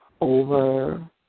over